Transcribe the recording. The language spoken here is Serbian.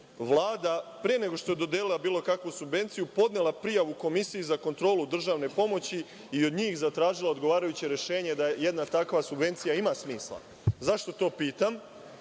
Vlada, pre nego što je dodelila bilo kakvu subvenciju, podnela prijavu Komisiji za kontrolu državne pomoći i od njih zatražila odgovarajuće rešenje da jedna takva subvencija ima smisla? Zašto to pitam?